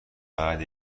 فقط